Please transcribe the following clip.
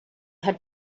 had